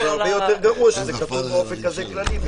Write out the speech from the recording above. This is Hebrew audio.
אבל הרבה יותר גרוע שזה כתוב באופן כזה כללי.